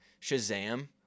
Shazam